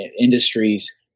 industries